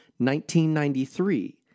1993